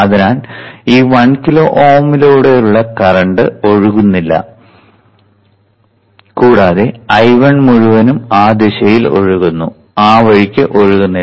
അതിനാൽ ഈ 1 കിലോ Ω ലൂടെ കറന്റ് ഒഴുകുന്നില്ല കൂടാതെ I1 മുഴുവനും ആ ദിശയിലേക്ക് ഒഴുകുന്നു ആ വഴിക്ക് ഒഴുകുന്നു